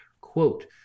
quote